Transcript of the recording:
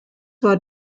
war